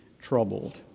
troubled